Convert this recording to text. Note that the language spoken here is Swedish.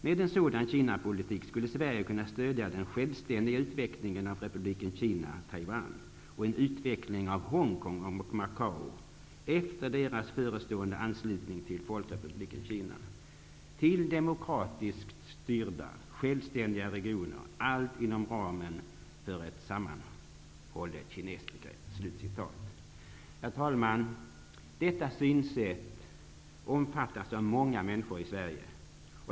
Med en sådan Kinapolitik skulle Sverige kunna stödja den självständiga utvecklingen av republiken Folkrepubliken Kina, till demokratiskt styrda, självständiga regioner, allt inom ramen för ett sammanhållet Kinabegrepp.'' Herr talman! Detta synsätt omfattas av många människor i Sverige.